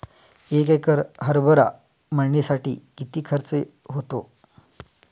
एक एकर हरभरा मळणीसाठी किती खर्च होतो?